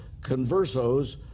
conversos